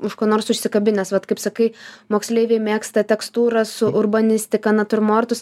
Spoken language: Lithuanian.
už ko nors užsikabinęs vat kaip sakai moksleiviai mėgsta tekstūrą su urbanistika natiurmortus